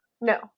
No